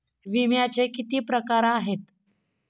विम्याचे किती प्रकार आहेत?